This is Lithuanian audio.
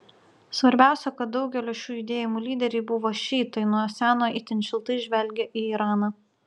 svarbiausia kad daugelio šių judėjimų lyderiai buvo šiitai nuo seno itin šiltai žvelgę į iraną